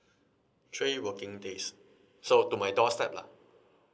three working days so to my doorstep lah